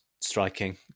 striking